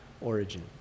origin